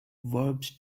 verbs